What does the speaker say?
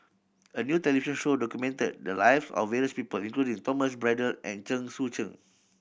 a new show documented the live of various people including Thomas Braddell and Chen Sucheng